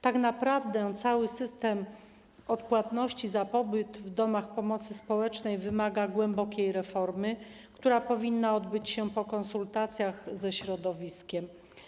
Tak naprawdę cały system odpłatności za pobyt w domach pomocy społecznej wymaga głębokiej reformy, która powinna odbyć się po konsultacjach ze środowiskiem.